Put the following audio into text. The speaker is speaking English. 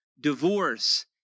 divorce